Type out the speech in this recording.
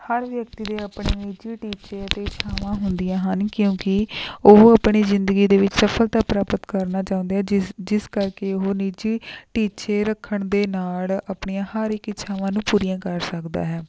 ਹਰ ਵਿਅਕਤੀ ਦੇ ਆਪਣੇ ਨਿੱਜੀ ਟੀਚੇ ਅਤੇ ਇੱਛਾਵਾਂ ਹੁੰਦੀਆਂ ਹਨ ਕਿਉਂਕਿ ਉਹ ਆਪਣੀ ਜ਼ਿੰਦਗੀ ਦੇ ਵਿੱਚ ਸਫਲਤਾ ਪ੍ਰਾਪਤ ਕਰਨਾ ਚਾਹੁੰਦੇ ਹੈ ਜਿਸ ਜਿਸ ਕਰਕੇ ਉਹ ਨਿੱਜੀ ਟੀਚੇ ਰੱਖਣ ਦੇ ਨਾਲ ਆਪਣੀਆਂ ਹਰ ਇੱਕ ਇੱਛਾਵਾਂ ਨੂੰ ਪੂਰੀਆਂ ਕਰ ਸਕਦਾ ਹੈ